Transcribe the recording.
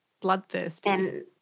Bloodthirsty